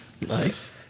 Nice